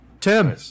Tim